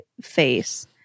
face